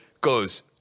goes